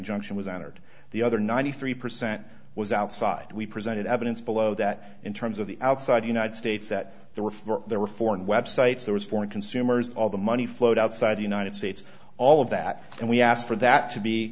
injunction was honored the other ninety three percent was outside we presented evidence below that in terms of the outside united states that there were for there were foreign websites there was foreign consumers all the money flowed outside the united states all of that and we asked for that to be